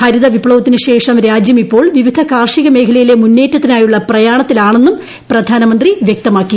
ഹരിതവിപ്ലവത്തിനുശേഷം രാജ്യം ഇപ്പോൾ വിവിധ കാർഷിക മുന്നേറ്റത്തിനായുള്ള പ്രയാണത്തിലാണെന്നും മേഖലയിലെ പ്രധാനമന്ത്രി വ്യക്തമാക്കി